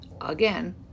Again